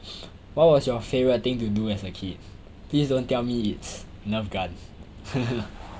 what was your favourite thing to do as a kid please don't tell me it's nerf guns haha